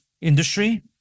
industry